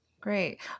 great